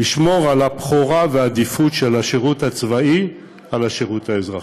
לשמור על הבכורה והעדיפות של השירות הצבאי על השירות האזרחי.